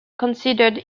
considered